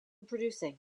producing